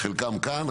חלקם כאן,